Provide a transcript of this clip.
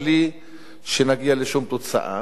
בלי שנגיע לשום תוצאה,